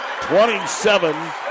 27